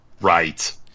Right